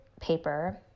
paper